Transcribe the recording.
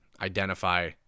identify